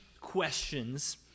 questions